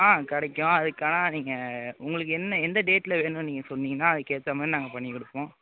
கிடைக்கும் அதுக்கு ஆனால் நீங்கள் உங்களுக்கு என்ன எந்த டேட்டில் வேணும் நீங்கள் சொன்னிங்கனா அதுக்கு ஏற்ற மாதிரி நாங்கள் பண்ணிக் கொடுப்போம்